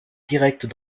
direct